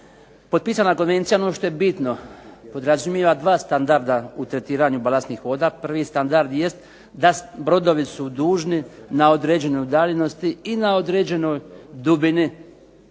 Potpisana konvencija, ono što je bitno, podrazumijeva 2 standarda u tretiranju balastnih voda. Prvi standard jest da brodovi su dužni na određenoj udaljenosti i na određenoj dubini